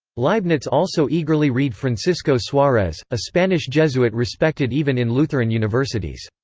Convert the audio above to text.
leibniz also eagerly read francisco suarez, a spanish jesuit respected even in lutheran universities.